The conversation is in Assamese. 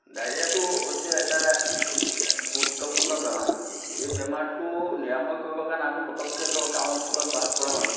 ডায়েৰীয়াটো হৈছে এটা গুৰুত্বপূৰ্ণ বেমাৰ এই বেমাৰটো নিৰাময় কৰিবৰ কাৰণে আমি পটককৈ ধৰক গাওঁ অঞ্চলত বাস কৰা মানুহ